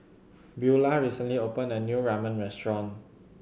Buelah recently opened a new Ramen Restaurant